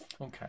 Okay